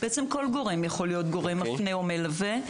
בעצם כל גורם יכול להיות גורם מפנה או מלווה.